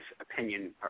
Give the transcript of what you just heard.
opinion